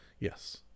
Yes